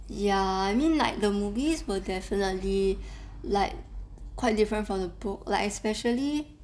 ya I mean like the movies were definitely like quite different from the book like especially